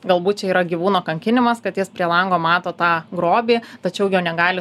galbūt čia yra gyvūno kankinimas kad jis prie lango mato tą grobį tačiau jo negali